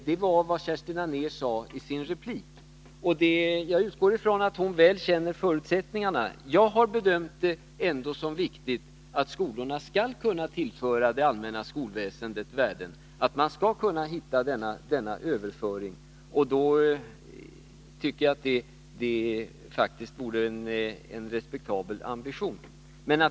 Det var vad Kerstin Anér sade i sin replik. Jag utgår ifrån att hon väl känner till förutsättningarna, men jag har ändå bedömt det som viktigt att skolorna skall kunna tillföra det allmänna skolväsendet värden och att man kan finna en form för detta. Jag tycker att det är en respektabel ambition.